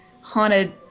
haunted